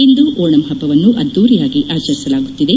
ಇಂದು ಓಣಂ ಹಬ್ಬವನ್ನು ಅದ್ದೂರಿಯಾಗಿ ಆಚರಿಸಲಾಗುತ್ತಿದೆ